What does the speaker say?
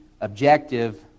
objective